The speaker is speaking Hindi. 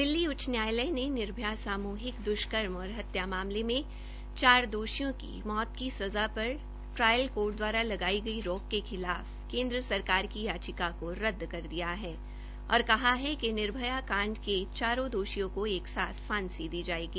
दिल्ली उच्च न्यायालय ने निर्भय सामूहिक द्रष्कर्म और हत्या मामले में चार दोषियों को मौत की सज़ा पर ट्रायल कोर्ट दवारा लगाई गई रोक के खिलाफ केन्द्र सरकार की याचिका को रदद कर दिया है और कहा कि निर्भया कांड के चारों दोषियों को एक साथ फांसी दी जायेगी